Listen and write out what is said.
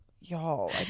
y'all